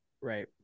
Right